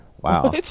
Wow